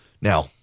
Now